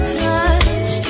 touch